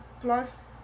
plus